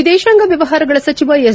ವಿದೇಶಾಂಗ ವ್ನವಹಾರಗಳ ಸಚಿವ ಎಸ್